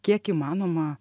kiek įmanoma